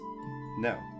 No